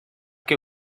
que